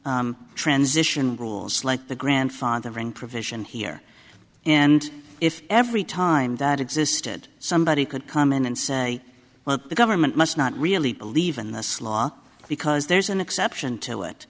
transition rules like the grandfather one provision here and if every time that existed somebody could come in and say well the government must not really believe in this law because there's an exception to